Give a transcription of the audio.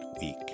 week